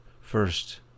first